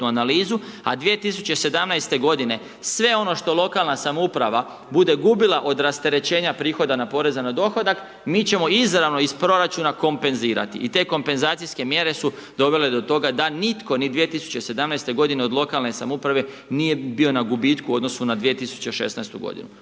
analizu, a 2017. godine sve ono što lokalna samouprava bude gubila od rasterećenja prihoda Poreza na dohodak, mi ćemo izravno iz proračuna kompenzirati i te kompenzacijske mjere su dovele do toga da nitko, ni 2017. godine od lokalne samouprave nije bio na gubitku u odnosu na 2016. godinu.